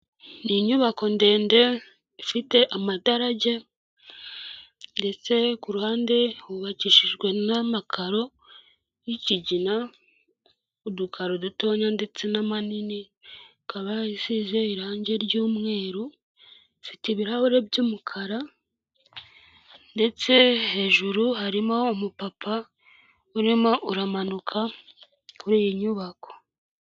Ni inyubako ndende ifite amadarajya, ndetse ku ruhande hubakishijwe n'amakaro y'ikigina, udukaro dutoya ndetse n'amanini, ikaba isize irange ry'umweru, ifite ibirahure by'umukara, ndetse hejuru harimo umupapa urimo uramanuka kuri iyi nyubako.